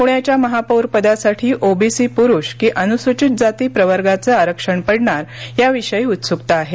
प्ण्याच्या महापौरपदासाठी ओबीसी प्रुष की अनुसूचित जाती प्रवर्गाचे आरक्षण पडणार याविषयी उत्सुकता आहे